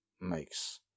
makes